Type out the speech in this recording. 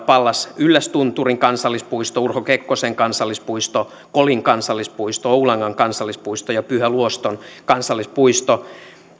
pallas yllästunturin kansallispuisto urho kekkosen kansallispuisto kolin kansallispuisto oulangan kansallispuisto ja pyhä luoston kansallispuisto